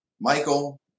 Michael